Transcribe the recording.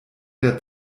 der